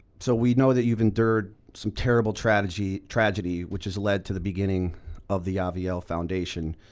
so we know that you've endured some terrible tragedy tragedy which has led to the beginning of the avielle foundation.